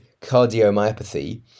cardiomyopathy